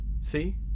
See